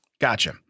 Gotcha